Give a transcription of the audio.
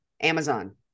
Amazon